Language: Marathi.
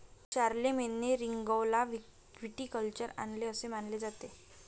शारलेमेनने रिंगौला व्हिटिकल्चर आणले असे मानले जाते